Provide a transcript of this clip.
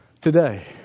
today